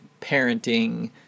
parenting